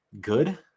good